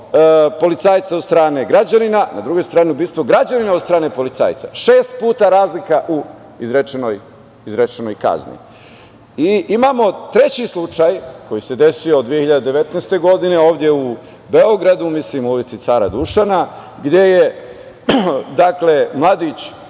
policajca od strane građanina, na drugoj strani ubistvo građanina od strane policajca, šest puta razlika u izrečenoj kazni. Imamo treći slučaj koji se desio 2019. godine, ovde u Beogradu, mislim u ulici Cara Dušana, gde je mladić